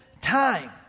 time